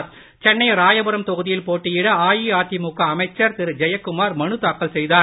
சென்னை ராயபுரம் தொகுதியில் போட்டியிட அதிமுக அமைச்சர் திரு ஜெயக்குமார் மனுதாக்கல் செய்தார்